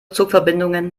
zugverbindungen